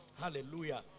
Hallelujah